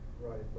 Right